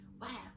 wow